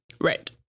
Right